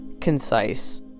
concise